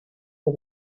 que